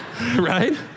right